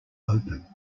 open